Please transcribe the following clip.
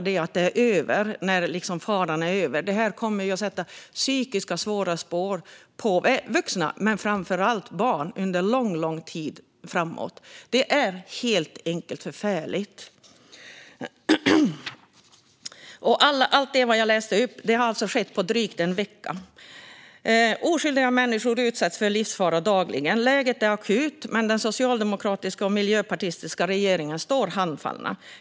Det är ju inte över bara för att faran är över, utan detta kommer att sätta psykiska spår hos vuxna och framför allt barn under lång, lång tid framåt. Det är helt enkelt förfärligt! Allt det jag läste upp är sådant som har skett på drygt en vecka. Oskyldiga människor utsätts för livsfara dagligen. Läget är akut, men den socialdemokratiska och miljöpartistiska regeringen står handfallen.